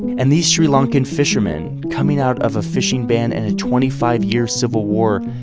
and these sri lankan fishermen coming out of a fishing ban and a twenty five year civil war,